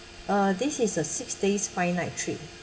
uh this is a six days five night trip